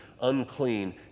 unclean